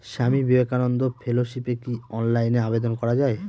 স্বামী বিবেকানন্দ ফেলোশিপে কি অনলাইনে আবেদন করা য়ায়?